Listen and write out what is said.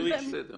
מינוי של השר.